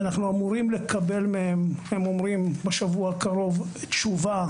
אנחנו אמורים לקבל מהם כך הם אומרים בשבוע הקרוב תשובה